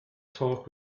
talk